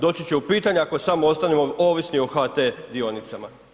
Doći će u pitanje ako samo ostanemo ovisni o HT dionicama.